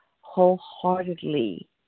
wholeheartedly